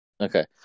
Okay